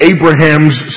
Abraham's